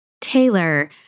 Taylor